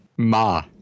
Ma